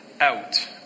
out